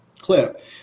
clip